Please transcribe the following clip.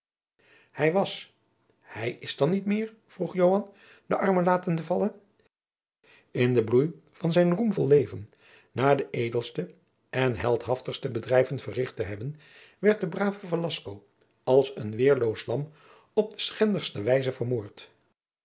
hij was hij is dan niet meer vroeg joan de armen latende vallen in den bloei van zijn roemvol leven na de edelste en heldhaftigste bedrijven verricht te hebben werd de brave velasco als een weerloos lam op de schendigste wijze vermoord